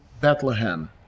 Bethlehem